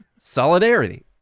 solidarity